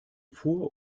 vor